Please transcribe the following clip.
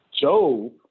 Job